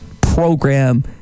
program